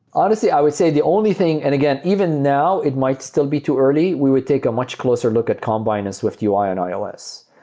honestly, i would say the only thing and again, even now, it might still be too early. we would take a much closer look at combine and swiftui on ios.